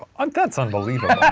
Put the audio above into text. ah um that's unbelievable.